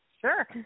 Sure